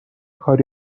کاری